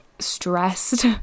stressed